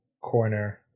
corner